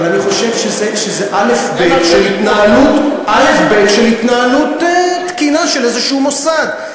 אבל אני חושב שזה אלף-בית של התנהלות תקינה של איזשהו מוסד.